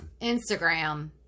Instagram